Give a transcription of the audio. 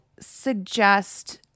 suggest